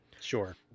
Sure